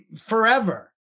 forever